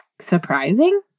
surprising